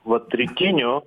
vat rytinių